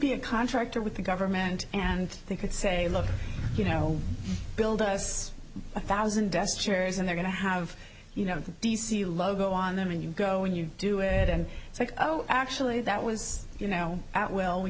be a contractor with the government and they could say look you know build us a thousand deaths cherries and they're going to have you know d c love go on them and you go when you do it and it's like oh actually that was you know out well we